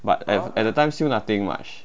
but at at the time still nothing much